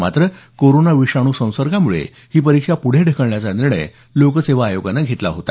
मात्र कोरोना विषाणू संसर्गामुळे ही परीक्षा पुढे ढकलण्याचा निर्णय लोकसेवा आयोगानं घेतला होता